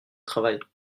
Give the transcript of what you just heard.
travail